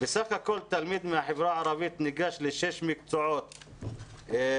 בסך הכול תלמיד בחברה הערבית ניגש לשישה מקצועות חיצוניים,